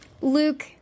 Luke